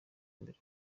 mbere